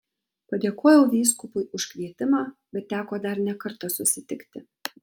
padėkojau vyskupui už kvietimą bet teko dar ne kartą susitikti